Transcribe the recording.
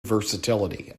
versatility